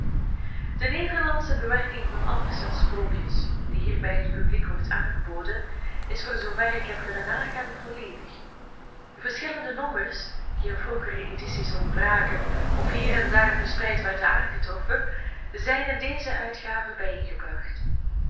de nederlandsche bewerking van andersens sprookjes die hierbij het publiek wordt aangeboden is voor zoover ik heb kunnen nagaan volledig verschillende nommers die in vroegere edities ontbraken of hier en daar verspreid werden aangetroffen zijn in deze uitgave